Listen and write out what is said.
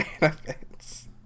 benefits